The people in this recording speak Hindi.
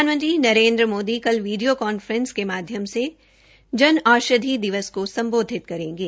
प्रधानमंत्री नरेन्द्र मोदी कल वीडियो कॉनफ्रेंसिंग के माध्यम से जन औषधि दिवस समारोह को संबोधित करेंगे